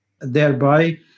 thereby